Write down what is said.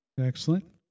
Excellent